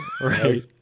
right